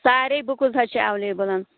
ساریٚے بُکٕس حظ چھِ ایٚویلیبٔل